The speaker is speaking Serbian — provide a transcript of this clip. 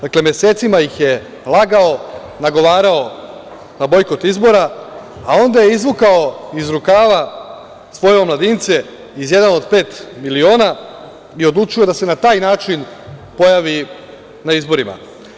Dakle, mesecima ih je lagao, nagovarao na bojkot izbora, a onda je izvukao iz rukava svoje omladince iz „Jedan od pet miliona“ i odlučio da se na taj način pojavi na izborima.